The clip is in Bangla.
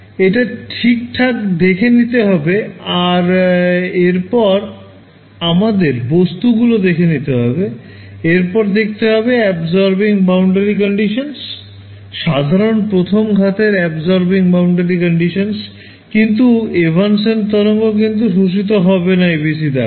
এটা ঠিকঠাক দেখে নিতে হবে আর এরপর আমাদের বস্তুগুলো দেখে নিতে হবে এরপর দেখতে হবে absorbing boundary conditions সাধারণ প্রথম ঘাতের absorbing boundary conditions কিন্তু এভান্সেন্ত তরঙ্গ কিন্তু শোষিত হবে না ABC দ্বারা